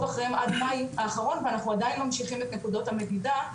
אחריהם עד מאי האחרון ואנחנו עדיין ממשיכים את נקודות המדידה,